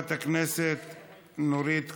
חברת הכנסת נורית קורן,